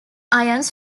ions